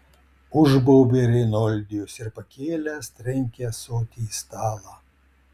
užbaubė reinoldijus ir pakėlęs trenkė ąsotį į stalą